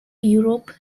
europe